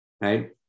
right